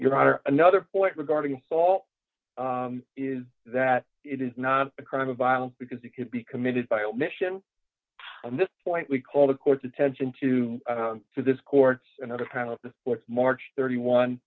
honor another point regarding paul is that it is not a crime of violence because it could be committed by omission on this point we call the court's attention to to this court and other kind of the courts march thirty one